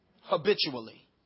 habitually